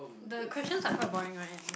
the questions are quite boring right